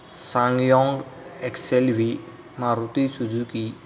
Sangyong XLV Maruti Suzuki